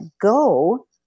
go